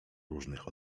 różnych